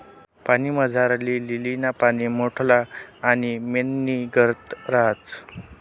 पाणीमझारली लीलीना पाने मोठल्ला आणि मेणनीगत रातस